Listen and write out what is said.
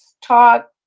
talk